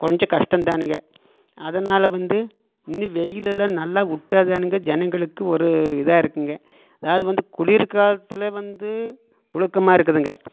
கொஞ்சம் கஷ்டம் தானுங்க அதனால் வந்து இனி வெயிலெல்லாம் விட்டாதானுங்க ஜனங்களுக்கு ஒரு இதாகருக்குங்க அதாவது வந்து குளிர் காலத்தில் வந்து புழுக்கமாக இருக்குதுங்க